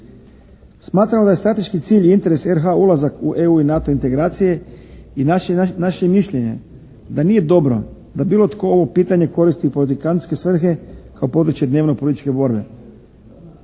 Smatram da je strateški cilj i interes RH-a ulazak u EU i NATO integracije i naše je mišljenje da nije dobro da bilo tko ovo pitanje koristi u politikantske svrhe kao područje dnevno političke borbe.